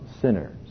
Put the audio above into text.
sinners